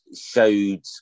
showed